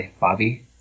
Bobby